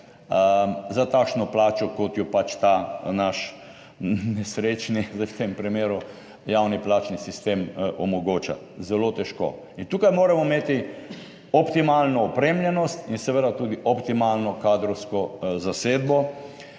za takšno plačo, kot jo pač sedaj v tem primeru ta naš nesrečni javni plačni sistem omogoča? Zelo težko. In tukaj moramo imeti optimalno opremljenost in seveda tudi optimalno kadrovsko zasedbo